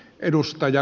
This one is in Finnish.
korjaamaan